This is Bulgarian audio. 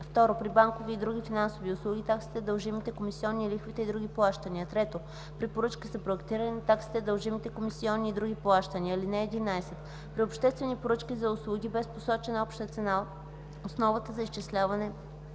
2. при банкови и други финансови услуги – таксите, дължимите комисиони, лихвите и други плащания; 3. при поръчки за проектиране – таксите, дължимите комисиони и други плащания. (11) При обществени поръчки за услуги без посочена обща цена основата за изчисляване